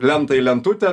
lenta į lentutė